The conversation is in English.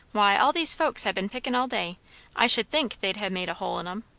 why, all these folks ha' been pickin' all day i should think they'd ha' made a hole in em.